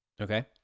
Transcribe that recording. Okay